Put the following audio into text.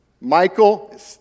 Michael